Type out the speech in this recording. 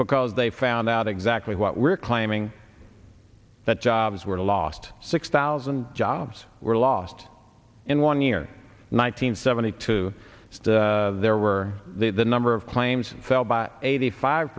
because they found out exactly what we're claiming that jobs were lost six thousand jobs were lost in one year nine hundred seventy two there were the number of claims fell by eighty five